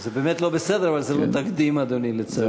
זה באמת לא בסדר, אבל זה לא תקדים, אדוני, לצערי.